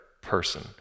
person